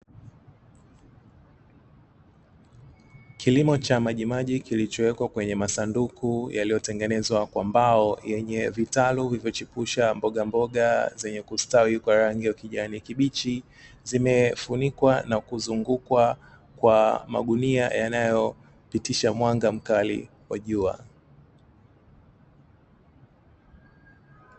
Kilimo cha maji maji kilichowekwa kwenye masanduku yaliyotengenezwa kwa mbao yenye vitaru vilivyochipusha mboga mboga zenye kustawi kwa rangi ya ukijani kibichi zimefunikwa na kuzungukwa kwa magunia yanayopitisha mwanga mkali wa jua.